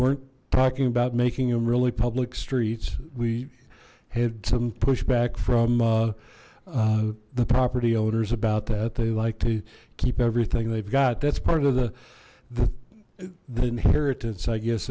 weren't talking about making him really public streets we had some pushback from the property owners about that they like to keep everything they've got that's part of the inheritance i guess